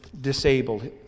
disabled